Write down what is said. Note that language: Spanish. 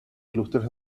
ilustres